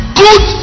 good